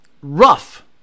rough